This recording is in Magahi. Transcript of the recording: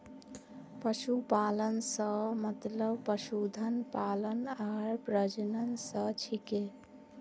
पशुपालन स मतलब पशुधन पालन आर प्रजनन स छिके